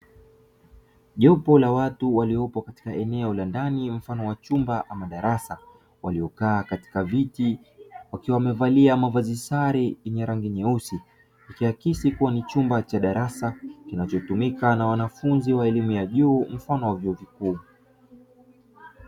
Jopo la watu waliopo katika eneo la ndani mfano wa chumba ama darasa, waliokaa katika viti, wakiwa wamevalia mavazi sare yenye rangi nyeusi, ikiakisi kuwa ni chumba cha darasa kinachotumika na wanafunzi wa elimu ya juu mfano wa vyuo vikuu.